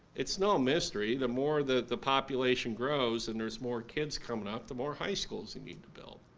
it's no mystery, the more the the population grows and there's more kids coming up, the more high schools we need to build.